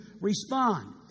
respond